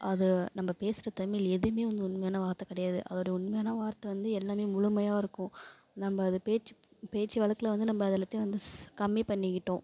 அது நம்ம பேசுகிற தமிழ் எதுவுமே வந்து உண்மையான வார்த்தை கிடையாது அதோடைய உண்மையான வார்த்தை வந்து எல்லாம் முழுமையா இருக்கும் நம்ம அது பேச்சு பேச்சு வழக்குல வந்து நம்ம அது எல்லாத்தையும் வந்து கம்மி பண்ணிக்கிட்டோம்